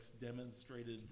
demonstrated